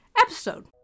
episode